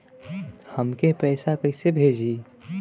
हमके पैसा कइसे भेजी?